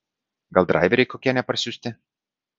gal draiveriai kokie neparsiųsti